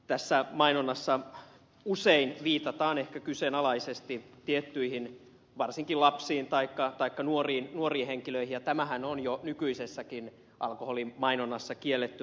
tässä mainonnassa usein viitataan ehkä kyseenalaisesti varsinkin lapsiin taikka nuoriin henkilöihin mutta tämähän on jo nykyisessäkin alkoholimainonnassa kiellettyä